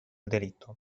delitto